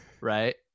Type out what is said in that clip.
right